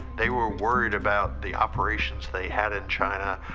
they were worried about the operations they had in china,